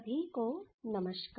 सभी को नमस्कार